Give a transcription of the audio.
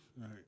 Right